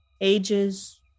ages